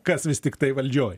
kas vis tiktai valdžioj